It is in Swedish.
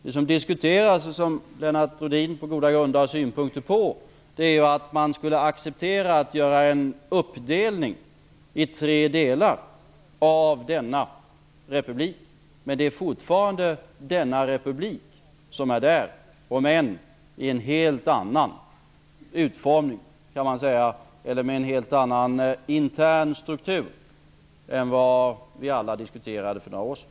Det som diskuteras -- och som Lennart Rohdin på goda grunder har synpunkter på -- är att man skulle acceptera att göra en uppdelning i tre delar av denna republik. Det är fortfarande samma republik om än med en helt annan utformning eller intern struktur än vad vi alla diskuterade för några år sedan.